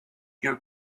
your